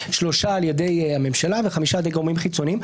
שלושה על ידי הממשלה וחמישה על ידי גורמים חיצוניים.